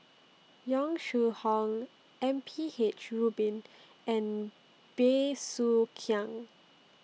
Yong Shu Hoong M P H Rubin and Bey Soo Khiang